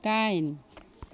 दाइन